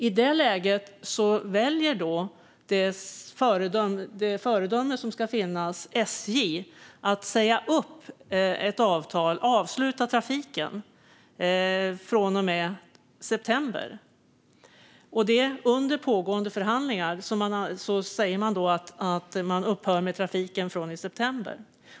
I det läget valde SJ - det föredöme som ska finnas - att säga upp avtalet och avsluta trafiken från och med september. Under pågående förhandlingar sa man att man upphör med trafiken från och med september.